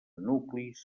nuclis